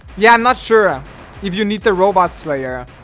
yeah, i'm not sure if you need the robot slayer